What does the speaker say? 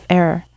error